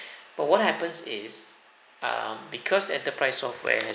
but what happens is err because the enterprise software has